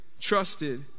trusted